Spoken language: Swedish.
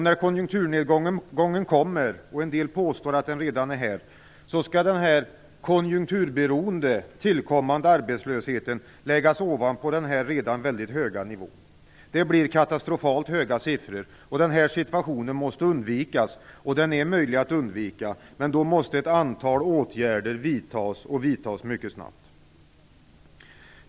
När konjunkturnedgången kommer, och en del påstår att den redan är här, skall den konjunkturberoende tillkommande arbetslösheten läggas ovanpå denna redan mycket höga siffra. Det blir katastrofalt höga siffror. Denna situation måste undvikas, och den är möjlig att undvika, men då måste ett antal åtgärder vidtas mycket snabbt.